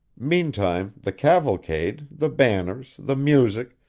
meantime, the cavalcade, the banners, the music,